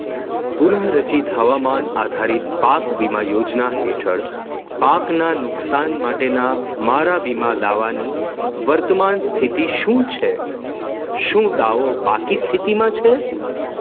પુનઃરચિત હવામાન આધારિત પાક વીમા યોજના હેઠળ પાકનાં નુકસાન માટેના મારા વીમા દાવાની વર્તમાન સ્થિતિ શું છે શું દાવો બાકી સ્થિતિમાં છે